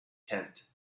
kent